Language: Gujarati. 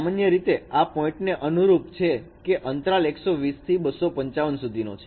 સામાન્ય રીતે તે આ પોઇન્ટ ને અનુરૂપ છે કે અંતરાલ 120 થી 255 સુધીનો છે